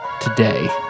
today